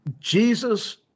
Jesus